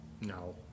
No